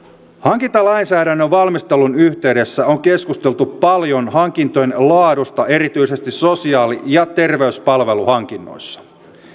hankintalainsäädännön valmistelun yhteydessä on keskusteltu paljon hankintojen laadusta erityisesti sosiaali ja terveyspalveluhankinnoissa